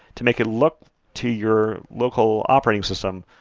to make it look to your local operating system,